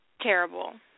Terrible